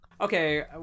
Okay